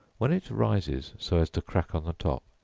when it rises so as to crack on the top,